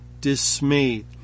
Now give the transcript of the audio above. dismayed